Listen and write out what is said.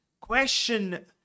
question